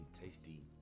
tasty